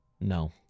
No